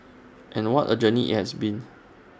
and what A journey IT has been